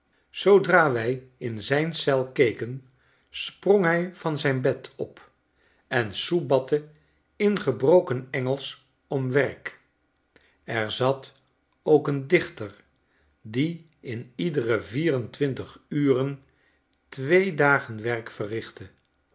zoodra wij in zijn eel keken sprong hij van zijn bed op en soebatte in gebroken engelsch om werk er zat ook een dichter die in iedere vier en twintig uren twee dagen werk verrichtte